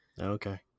Okay